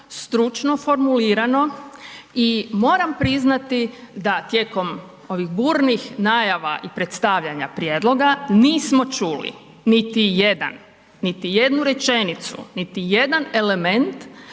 stručno formulirano i moram priznati da tijekom ovih burnih najava i predstavljanja prijedloga nismo čuli niti jedan, niti jednu rečenicu, niti jedan element